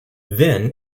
then